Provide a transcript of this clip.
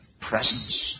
presence